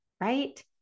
right